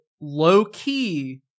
low-key